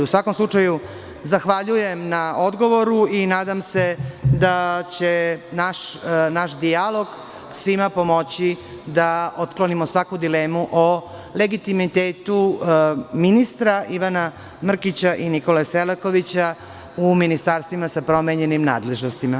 U svakom slučaju, zahvaljujem na odgovoru i nadam se da će naš dijalog svima pomoći da otklonimo svaku dilemu o legitimitetu ministra Ivana Mrkića i Nikole Selakovića u ministarstvima sa promenjenim nadležnostima.